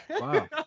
Wow